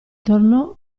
tornò